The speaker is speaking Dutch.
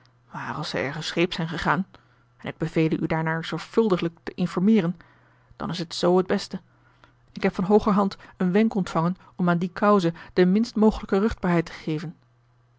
als ze ergens scheep zijn gegaan en ik bevele u daarnaar zorgvuldiglijk te informeeren dan is het z het beste ik heb van hoogerhand een wenk ontvangen om aan die cause de minst mogelijke ruchtbaarheid te geven